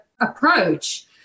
approach